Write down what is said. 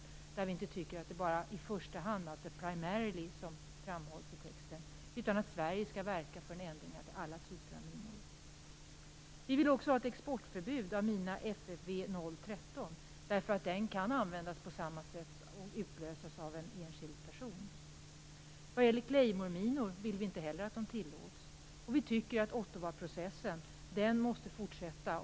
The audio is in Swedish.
Vi tycker att det inte bara skall vara minor som i första hand - primarily - kan utlösas av en person, som framhålls i texten. Vi tycker att Sverige skall verka för en ändring, så att det gäller alla typer av minor. Vi vill också ha ett exportförbud av minan FFV 013. Den kan nämligen användas på samma sätt och utlösas av en enskild person. Vi vill inte heller att Vi tycker också att Ottawaprocessen måste fortsätta.